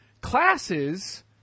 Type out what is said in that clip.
classes